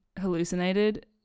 hallucinated